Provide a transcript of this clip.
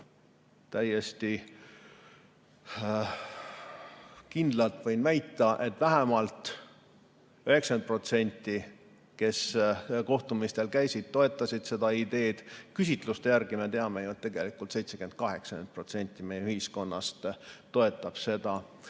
Täiesti kindlalt võin väita, et vähemalt 90% nendest, kes neil kohtumistel käisid, toetasid seda ideed. Küsitluste järgi me teame ju, et 70–80% meie ühiskonnast toetab seda. Siin